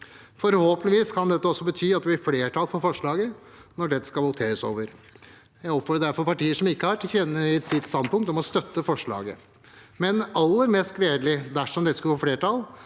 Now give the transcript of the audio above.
Forhåpentligvis kan det også bety at det blir flertall for forslaget når det skal voteres over. Jeg oppfordrer derfor partier som ikke har tilkjennegitt sitt standpunkt, om å støtte forslaget. Aller mest gledelig er det at dersom dette skulle få flertall,